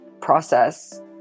process